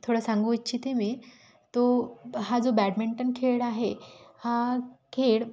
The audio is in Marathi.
थोडं सांगू इच्छिते मी तो हा जो बॅडमिंटन खेळ आहे हा खेळ